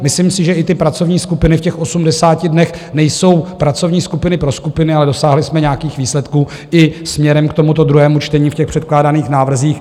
Myslím si, že i ty pracovní skupiny v těch 80 dnech nejsou pracovní skupiny pro skupiny, ale dosáhli jsme nějakých výsledků i směrem k tomuto druhému čtení v předkládaných návrzích.